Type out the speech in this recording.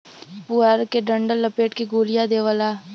पुआरा के डंठल लपेट के गोलिया देवला